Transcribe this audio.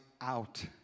out